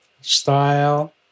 style